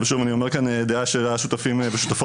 ושוב אני אומר כאן דעה של השותפים והשותפות,